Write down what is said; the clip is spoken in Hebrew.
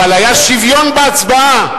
אבל היה שוויון בהצבעה.